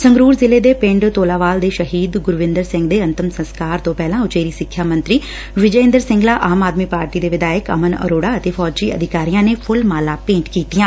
ਸੰਗਰੁਰ ਜ਼ਿਲੇ ਦੇ ਪਿੰਡ ਤੋਲਾਵਾਲ ਦੇ ਸ਼ਹੀਦ ਗੁਰਵੰਦਰ ਸਿੰਘ ਦੇ ਅੰਤਮ ਸੰਸਕਾਰ ਤੋਂ ਪਹਿਲਾਂ ਉਚੇਰੀ ਸਿੱਖਿਆ ਮੰਤਰੀ ਵਿਜੇ ਇੰਦਰ ਸਿੰਗਲਾ ਆਮ ਆਦਮੀ ਪਾਰਟੀ ਦੇ ਵਿਧਾਇਕ ਅਮਨ ਅਰੋੜ ਅਤੇ ਫੌਜੀ ਅਧਿਕਾਰੀਆ ਨੇ ਫੁੱਲ ਮਾਲਾ ਭੇਟ ਕੀਤੀਆਂ